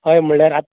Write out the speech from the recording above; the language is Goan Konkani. हय म्हळ्यार आत्